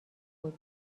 بود